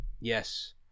yes